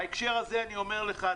בהקשר הזה,